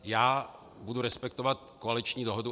Já budu respektovat koaliční dohodu.